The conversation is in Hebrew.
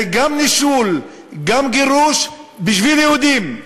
זה גם נישול, גם גירוש, בשביל יהודים.